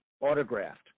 autographed